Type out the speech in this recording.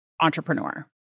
entrepreneur